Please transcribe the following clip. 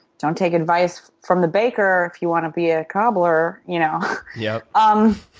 don't take advice from the baker if you want to be a cobbler, you know. yeah. um